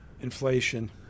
Inflation